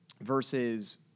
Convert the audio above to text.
versus